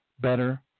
Better